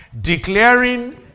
Declaring